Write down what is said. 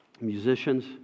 musicians